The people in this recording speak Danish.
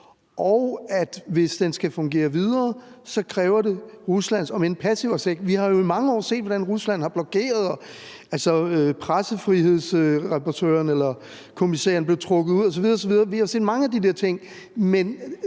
og at hvis den skal fungere videre, så kræver det Ruslands om end passive accept? Vi har jo i mange år set, hvordan Rusland har blokeret, hvordan pressefrihedsrapportøren eller -kommisæren blev trukket ud osv. osv. Vi har set mange af de der ting, men